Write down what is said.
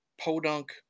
podunk